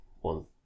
one